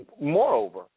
Moreover